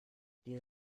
die